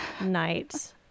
night